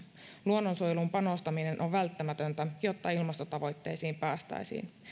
luonnonsuojeluun panostaminen on välttämätöntä jotta ilmastotavoitteisiin päästäisiin